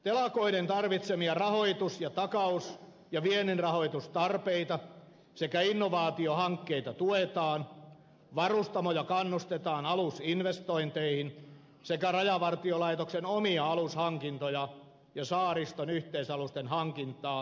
telakoiden tarvitsemia rahoitus ja takaus ja vienninrahoitustarpeita sekä innovaatiohankkeita tuetaan varustamoja kannustetaan alusinvestointeihin sekä rajavartiolaitoksen omia alushankintoja ja saariston yhteisalusten hankintaa aikaistetaan